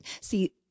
See